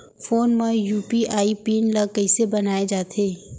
Phone म UPI PIN ल कइसे बनाये जाथे?